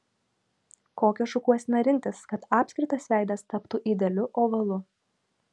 kokią šukuoseną rinktis kad apskritas veidas taptų idealiu ovalu